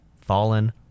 Fallen